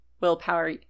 willpower